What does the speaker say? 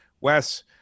Wes